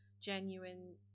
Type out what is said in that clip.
genuine